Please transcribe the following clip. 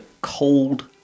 cold